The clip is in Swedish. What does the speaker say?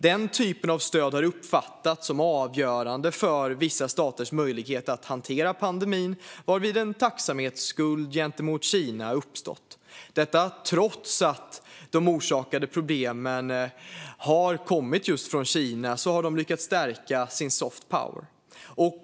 Den typen av stöd har uppfattats som avgörande för vissa staters möjligheter att hantera pandemin, varvid en tacksamhetsskuld gentemot Kina har uppstått. Trots att problemen har kommit just från Kina har de alltså lyckats stärka sin soft power.